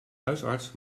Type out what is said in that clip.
huisarts